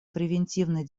превентивной